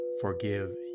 forgive